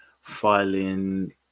filing